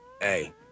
hey